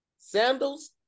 Sandals